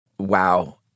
Wow